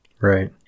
right